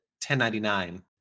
1099